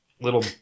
little